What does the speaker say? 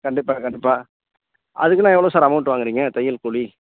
கண்டிப்பாக கண்டிப்பாக அதுக்கெல்லாம் எவ்வளோ சார் அமௌண்ட் வாங்குறீங்க தையல் கூலி